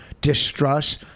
distrust